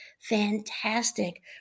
fantastic